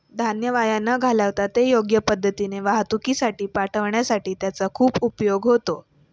धान्य वाया न घालवता ते योग्य पद्धतीने वाहतुकीसाठी पाठविण्यासाठी त्याचा खूप उपयोग होतो